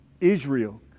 Israel